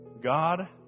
God